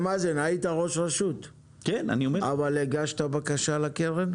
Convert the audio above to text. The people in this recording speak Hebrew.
מאזן, היית ראש רשות, אבל הגשת בקשה לקרן?